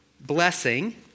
blessing